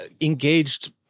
engaged